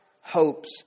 hopes